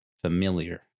familiar